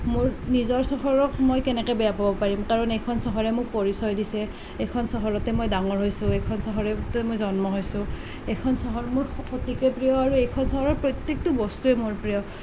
মোৰ নিজৰ চহৰক মই কেনেকৈ বেয়া পাব পাৰিম কাৰণ এইখন চহৰে মোক পৰিচয় দিছে এইখন চহৰতে মই ডাঙৰ হৈছোঁ এইখন চহৰতে মই জন্ম হৈছোঁ এইখন চহৰ মোৰ অতিকৈ প্ৰিয় আৰু এইখন চহৰৰ প্ৰত্যেকটো বস্তুৱেই মোৰ প্ৰিয়